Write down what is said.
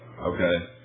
Okay